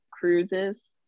cruises